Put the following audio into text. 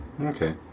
Okay